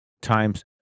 times